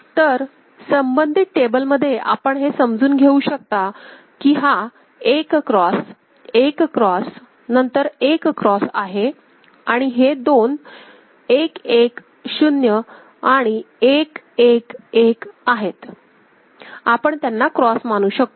तर संबंधित टेबलमध्ये आपण हे समजून घेऊ शकता की हा 1 क्रॉस1 क्रॉस नंतर 1 क्रॉस आहे आणि हे दोन 1 1 0 आणि 1 1 1 आहेत आपण त्यांना क्रॉस मानू शकतो